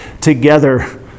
together